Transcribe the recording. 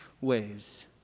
ways